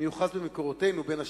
מיוחס במקורותינו, בין השאר,